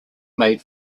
made